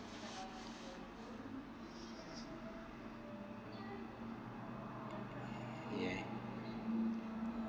ya